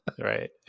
right